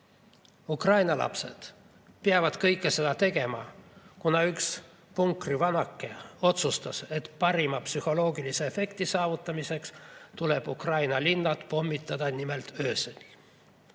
Ukraina lapsed peavad kõike seda tegema, kuna üks punkrivanake otsustas, et parima psühholoogilise efekti saavutamiseks tuleb Ukraina linnu pommitada nimelt